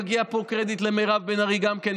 מגיע פה קרדיט למירב בן ארי גם כן,